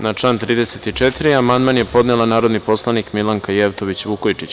Na član 34. amandman je podnela narodni poslanik Milanka Jevtović Vukojičić.